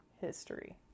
history